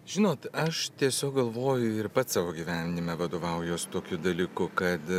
žinot aš tiesiog galvoju ir pats savo gyvenime vadovaujuos tokiu dalyku kad